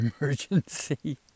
emergency